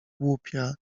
głupia